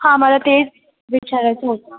हां मला तेच विचारायचं होतं